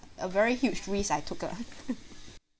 a very huge risk I took uh